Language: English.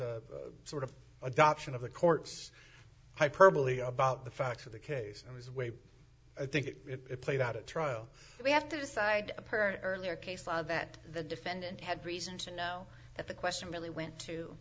and sort of adoption of the court's hyperbole about the facts of the case and his way i think it played out a trial we have to decide of her earlier case law that the defendant had reason to know that the question really went to